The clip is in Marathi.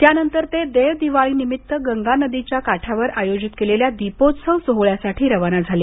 त्या नंतर ते देवदिवाळीनिमित्त गंगा नदीच्या काठावर आयोजित केलेल्या दीपोत्सव सोहळ्यासाठी रवाना झाले